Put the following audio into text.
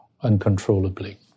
uncontrollably